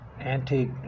antique